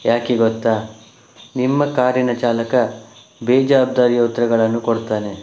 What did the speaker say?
ಯಾಕೆ ಗೊತ್ತಾ ನಿಮ್ಮ ಕಾರಿನ ಚಾಲಕ ಬೇಜವಾಬ್ದಾರಿಯ ಉತ್ತರಗಳನ್ನು ಕೊಡ್ತಾನೆ